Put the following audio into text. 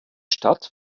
stadt